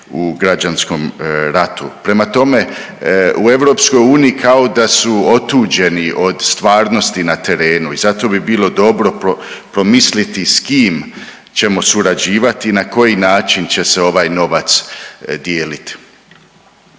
u građanskom ratu. Prema tome, u EU kao da su otuđeni od stvarnosti na terenu i zato bi bilo dobro promisliti s kim ćemo surađivati i na koji način će se ovaj novac dijelit.